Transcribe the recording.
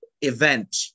event